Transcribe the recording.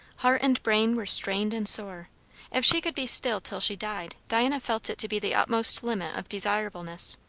heart and brain were strained and sore if she could be still till she died, diana felt it to be the utmost limit of desirableness.